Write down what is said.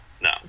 no